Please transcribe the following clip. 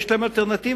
יש להם אלטרנטיבה,